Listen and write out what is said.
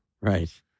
Right